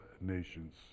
nations